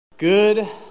Good